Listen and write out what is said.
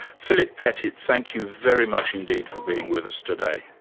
philip pettit, thank you very much indeed for being with us today.